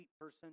person